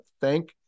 thank